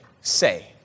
say